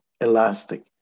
elastic